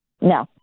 No